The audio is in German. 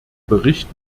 bericht